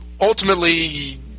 ultimately